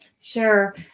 Sure